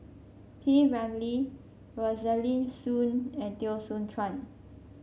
P Ramlee Rosaline Soon and Teo Soon Chuan